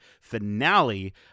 finale